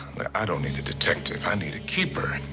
i don't need a detective, i need a keeper.